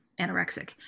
anorexic